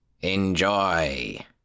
Enjoy